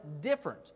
different